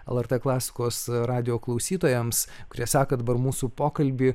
lrt klasikos radijo klausytojams kurie seka dabar mūsų pokalbį